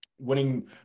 winning